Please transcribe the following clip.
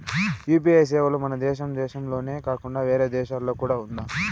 UPI సేవలు మన దేశం దేశంలోనే కాకుండా వేరే దేశాల్లో కూడా ఉందా?